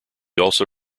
also